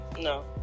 No